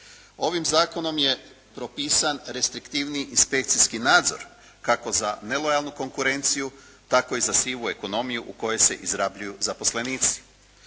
Ovim zakonom je propisan restriktivniji inspekcijski nadzor kako za nelojalnu konkurenciju tako i za sivu ekonomiju u kojoj se izrabljuju zaposlenici.